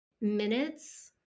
minutes